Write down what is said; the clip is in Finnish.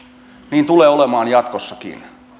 niin tulee olemaan jatkossakin